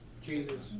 Jesus